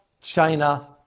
China